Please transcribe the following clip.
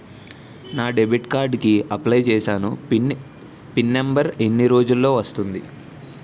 నా debit card కి apply చూసాను పిన్ నంబర్ ఎన్ని రోజుల్లో వస్తుంది?